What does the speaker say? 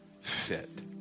fit